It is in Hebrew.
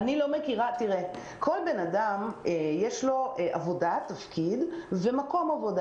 לכל אדם יש תפקיד ומקום עבודה.